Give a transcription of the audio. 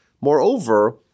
Moreover